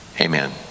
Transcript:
Amen